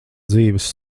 dzīves